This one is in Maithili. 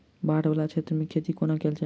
बाढ़ वला क्षेत्र मे खेती कोना कैल जाय?